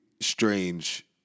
strange